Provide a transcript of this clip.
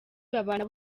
babana